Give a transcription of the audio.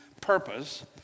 purpose